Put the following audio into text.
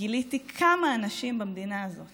גיליתי כמה אנשים במדינה הזאת